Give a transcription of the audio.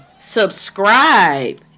subscribe